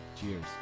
Cheers